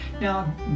Now